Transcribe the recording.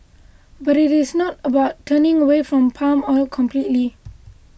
but it is not about turning away from palm oil completely